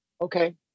Okay